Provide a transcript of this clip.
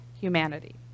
humanity